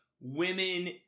women